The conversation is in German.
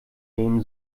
nehmen